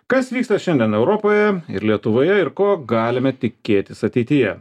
kas vyksta šiandien europoje ir lietuvoje ir ko galime tikėtis ateityje